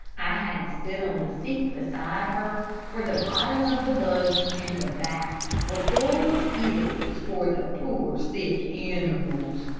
i had to sit on the seat beside her, for the bottom of the buggy and the back were full of eatables for the poor sick animals.